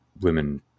women